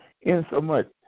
insomuch